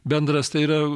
bendras tai yra